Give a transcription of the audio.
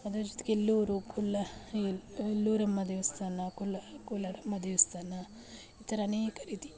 ಅದರ ಜೊತೆಗೆ ಎಲ್ಲೂರು ಕೊಲ್ಲ ಎಲ್ಲ ಎಲ್ಲೂರಮ್ಮ ದೇವಸ್ಥಾನ ಕೊಲ್ಲ ಕೋಲಾರಮ್ಮ ದೇವಸ್ಥಾನ ಈ ಥರ ಅನೇಕ ರೀತಿ